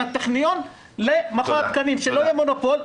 הטכניון למכון התקנים כדי שלא יהיה מונופול.